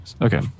Okay